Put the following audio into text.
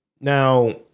Now